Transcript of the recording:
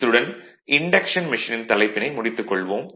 இத்துடன் induction machine தலைப்பினை முடித்துக் கொள்வோம்